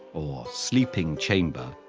or sleeping chamber,